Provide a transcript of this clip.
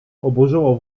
oburzyło